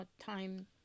time